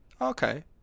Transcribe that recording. Okay